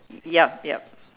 yup yup